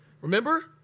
Remember